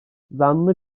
zanlı